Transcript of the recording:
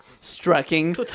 striking